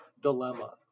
dilemma